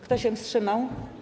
Kto się wstrzymał?